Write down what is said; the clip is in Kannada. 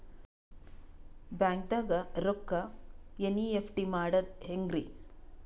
ಬ್ಯಾಂಕ್ದಾಗ ರೊಕ್ಕ ಎನ್.ಇ.ಎಫ್.ಟಿ ಮಾಡದ ಹೆಂಗ್ರಿ?